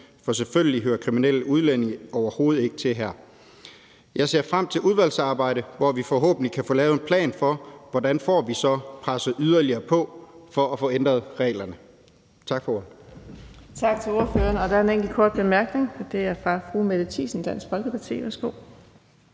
For selvfølgelig hører kriminelle udlændinge overhovedet ikke til her. Jeg ser frem til udvalgsarbejdet, hvor vi forhåbentlig kan få lavet en plan for, hvordan vi så får presset yderligere på for at få ændret reglerne. Tak for ordet. Kl. 17:10 Den fg. formand (Birgitte Vind): Tak til ordføreren. Der er en enkelt kort bemærkning, og det er fra fru Mette Thiesen, Dansk Folkeparti.